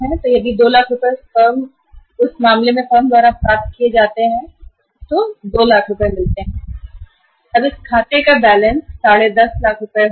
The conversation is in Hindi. अब यदि फर्म को 2 लाख रुपए वापस मिल जाते हैं तो इस खाते का बैलेंस 1050 लाख रुपए हो जाएगा